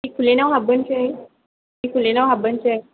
एक'लेन्दआव हाबबोनोसै एक'लेन्दआव हाबबोनोसै